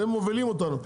אתם מובילים אותנו.